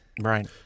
Right